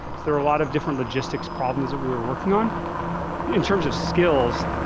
there are a lot of different logistics problems that we are working on in terms of skills.